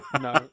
no